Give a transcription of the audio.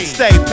Stay